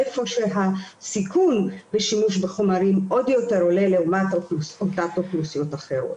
איפה שהסיכון בשימוש בחומרים עוד יותר עולה לעומת תת אוכלוסיות אחרות.